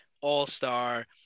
All-Star